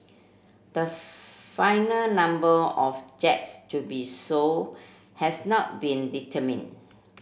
the final number of jets to be sold has not been determined